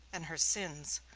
and her sins,